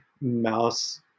mouse